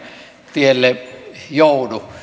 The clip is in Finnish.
tielle joudu